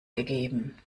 gegeben